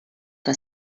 que